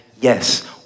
yes